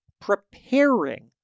preparing